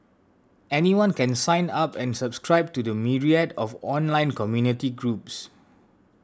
anyone can sign up and subscribe to the myriad of online community groups